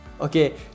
okay